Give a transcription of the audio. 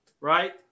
right